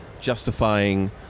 justifying